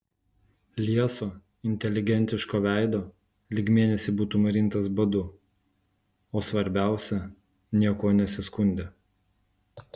lieso inteligentiško veido lyg mėnesį būtų marintas badu o svarbiausia niekuo nesiskundė